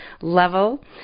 level